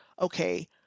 okay